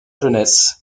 jeunesse